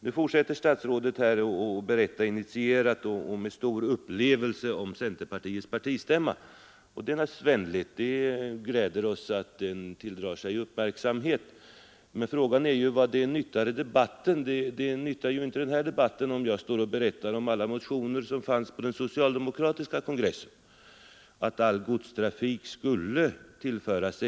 Nu fortsatte statsrådet med att initierat och med stor inlevelse berätta om centerpartiets partistämma, och det var ju vänligt. Det gläder oss att stämman tilldrar sig uppmärksamhet. Men frågan är vad sådant nyttar denna debatt. Det nyttar väl ingenting att jag står här och berättar om alla motioner som behandlades på den socialdemokratiska kongressen. De handlade bl.a. om att all godstrafik skulle tillföras SJ.